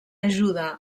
ajuda